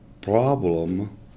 problem